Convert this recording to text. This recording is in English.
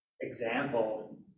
example